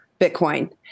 Bitcoin